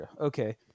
Okay